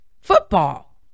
football